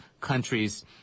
countries